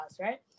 right